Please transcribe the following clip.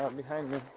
um behind me,